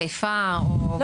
מחיפה או במקום אחר.